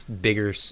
bigger